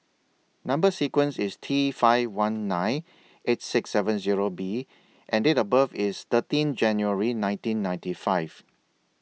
Number sequence IS T five one nine eight six seven Zero B and Date of birth IS thirteen January nineteen ninety five